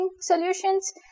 solutions